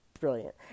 Brilliant